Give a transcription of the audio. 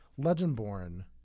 Legendborn